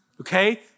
Okay